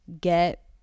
get